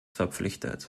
verpflichtet